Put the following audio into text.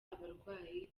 abarwayi